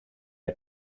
hij